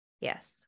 yes